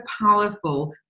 powerful